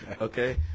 okay